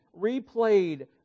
replayed